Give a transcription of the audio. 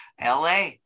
la